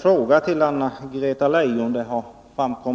få be Anna-Greta Leijon om ett besked.